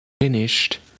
finished